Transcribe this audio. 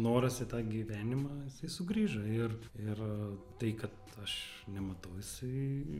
noras į tą gyvenimą jisai sugrįžo ir ir tai kad aš nematau jisai